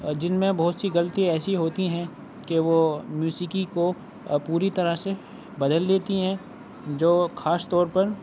جن میں بہت سی غلطی ایسی ہوتی ہیں کہ وہ موسیقی کو آ پوری طرح سے بدل دیتی ہیں جو خاص طور پر